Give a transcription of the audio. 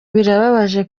birababaje